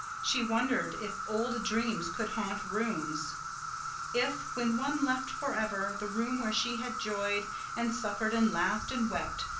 she wondered if old dreams could haunt rooms if, when one left forever the room where she had joyed and suffered and laughed and wept,